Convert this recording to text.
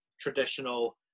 traditional